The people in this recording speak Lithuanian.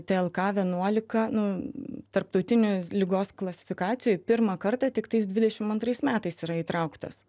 tlk vienuolika nu tarptautinėj ligos klasifikacijoj pirmą kartą tiktais dvidešimt antrais metais yra įtrauktas